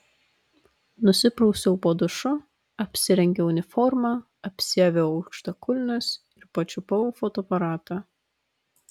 nusiprausiau po dušu apsirengiau uniformą apsiaviau aukštakulnius ir pačiupau fotoaparatą